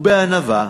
ובענווה,